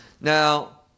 Now